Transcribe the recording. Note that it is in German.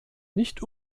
nicht